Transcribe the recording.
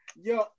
Yo